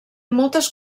moltes